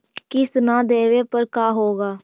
किस्त न देबे पर का होगा?